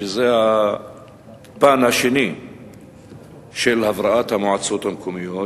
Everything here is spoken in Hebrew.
שזה הפן השני של הבראת המועצות המקומיות,